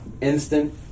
Instant